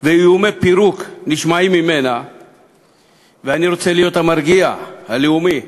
ואיומי פירוק, ואני רוצה להיות המרגיע הלאומי: